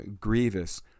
grievous